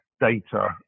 data